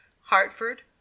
hartford